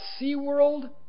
SeaWorld